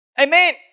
Amen